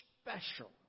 special